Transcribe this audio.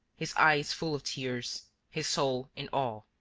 his eyes full of tears, his soul in awe.